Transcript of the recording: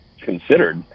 considered